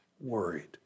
worried